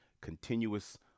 continuous